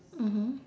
mmhmm